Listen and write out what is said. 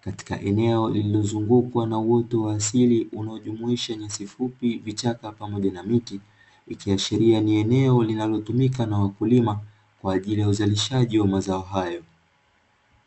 katika eneo lililozungukwa na uoto wa asili unaojumuisha nyasi fupi, vichaka, pamoja na miti; ikiashiria ni eneo linalotumika na wakulima, kwa ajili ya uzalishaji wa mazao hayo.